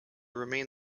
remain